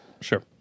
Sure